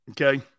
Okay